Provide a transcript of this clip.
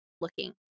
looking